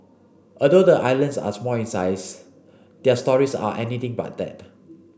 although the islands are small in size their stories are anything but that